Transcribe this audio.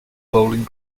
bowling